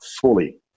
fully